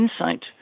insight